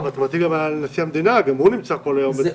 גם אי אפשר שנשיא המדינה יהיה כל היום בזה.